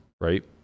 Right